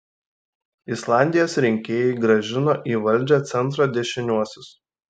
islandijos rinkėjai grąžino į valdžią centro dešiniuosius